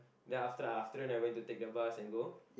then after that after that then I went to take the bus and go